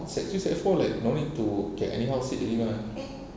sec three sec four like no need to can anyhow sit already mah